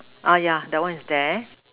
ah yeah that one is there